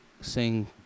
sing